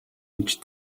гэж